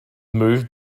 moved